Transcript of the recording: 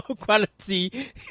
quality